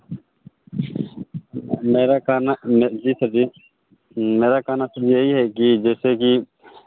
मेरा कहना मे जी सर जी मेरा कहना यही है कि जैसे कि